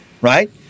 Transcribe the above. right